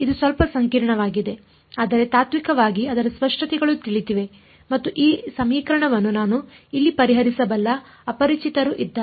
ಇದು ಸ್ವಲ್ಪ ಸಂಕೀರ್ಣವಾಗಿದೆ ಆದರೆ ತಾತ್ವಿಕವಾಗಿ ಅದರ ಸ್ಪಷ್ಟತೆಗಳು ತಿಳಿದಿವೆ ಮತ್ತು ಈ ಸಮೀಕರಣವನ್ನು ನಾನು ಇಲ್ಲಿ ಪರಿಹರಿಸಬಲ್ಲ ಅಪರಿಚಿತರು ಇದ್ದಾರೆ